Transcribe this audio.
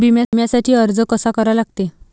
बिम्यासाठी अर्ज कसा करा लागते?